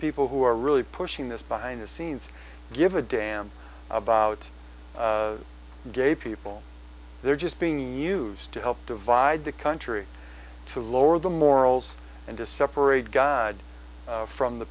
people who are really pushing this behind the scenes give a damn about gay people they're just being used to help divide the country to lower the morals and to separate god from the